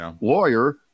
lawyer